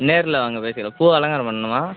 நேர்ல வாங்க பேசிக்கலாம் பூ அலங்காரம் பண்ணணுமா